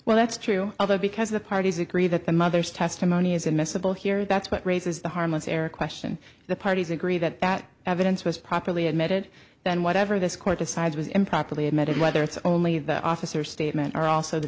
well that's true although because the parties agree that the mother's testimony is admissible here that's what raises the harmless error question the parties agree that that evidence was properly admitted then whatever this court decides was improperly admitted whether it's only the officer statement or also the